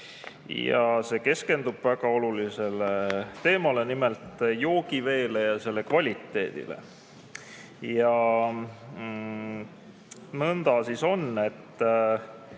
See keskendub väga olulisele teemale, nimelt joogiveele ja selle kvaliteedile. Ja nõnda siis on, et